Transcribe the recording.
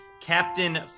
Captain